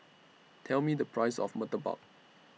Tell Me The Price of Murtabak